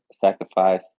sacrifice